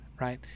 Right